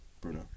Bruno